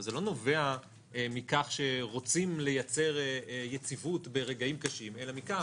זה לא נובע מכך שרוצים לייצר יציבות ברגעים קשים אלא מכך